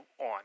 on